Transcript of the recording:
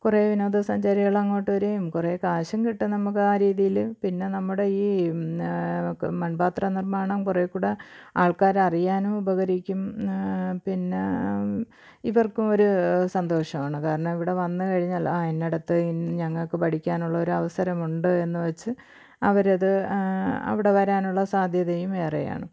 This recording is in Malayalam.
കുറേ വിനോദസഞ്ചാരികൾ അങ്ങോട്ട് വരികയും കുറേ കാശും കിട്ടും നമുക്ക് ആ രീതിയിൽ പിന്നെ നമ്മുടെ ഈ പിന്നെ നമുക്ക് മണ്പാത്രനിര്മ്മാണം കുറേക്കൂടെ ആള്ക്കാർ അറിയാനും ഉപകരിക്കും പിന്നേ ഇവര്ക്കും ഒരു സന്തോഷമാണ് കാരണം ഇവിടെ വന്നു കഴിഞ്ഞാല് ആ ഇന്നിടത്ത് ഞങ്ങൾക്ക് പഠിക്കാനുള്ള ഒരവസരം ഉണ്ട് എന്നുവച്ച് അവരത് അവിടെ വരാനുള്ള സാധ്യതയും ഏറെയാണ്